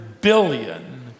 billion